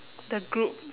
the group